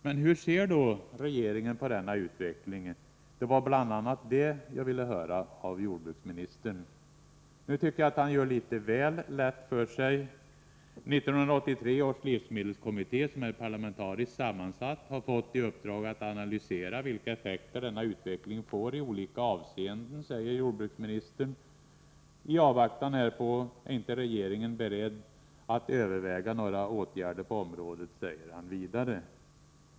Men hur ser då regeringen på denna utveckling? Det var bl.a. det jag ville höra av jordbruksministern. Nu tycker jag att han gör det litet väl lätt för sig. ”1983 års livsmedelskommitté, som är parlamentariskt sammansatt, har fått i uppdrag att analysera vilka effekter denna utveckling får i olika avseenden”, säger jordbruksministern. I avvaktan härpå är regeringen inte beredd att överväga några åtgärder på området, säger han vidare.